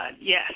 yes